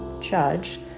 judge